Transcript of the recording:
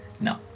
No